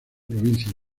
provincia